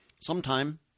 sometime